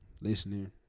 listening